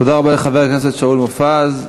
תודה רבה לחבר הכנסת שאול מופז.